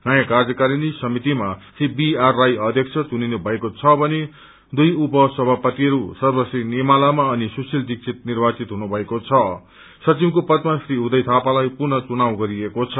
नयाँ कार्यकारिणी समितिमा श्री बी आर राई अध्यक्ष चुनिनु भएको छ भने दुई उप सभापतिहरू सर्वश्री निमा लामा अनि सुशिल दिक्षित निर्वाचित भएका छन् भने सचिवको पदमा श्री उदय थापालाई पुनः चुनाव गरिएको छ